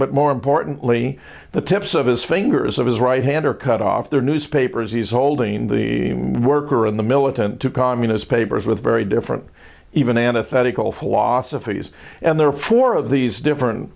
but more importantly the tips of his fingers of his right hand are cut off their newspapers he's holding the worker and the militant to communist papers with very different even antithetical philosophies and there are four of these different